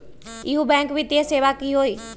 इहु बैंक वित्तीय सेवा की होई?